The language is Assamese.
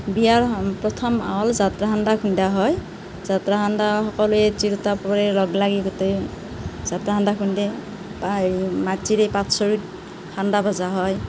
বিয়াৰ প্ৰথম হ'ল যাত্ৰা সান্দহ খুন্দা হয় যাত্ৰা সান্দহ সকলোৱে তিৰোতাবোৰে লগ লাগি গোটেই যাত্ৰা সান্দহ খুন্দে মাটিৰেই পাত চৰুত সান্দহ ভজা হয়